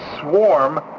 swarm